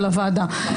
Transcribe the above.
של הוועדה,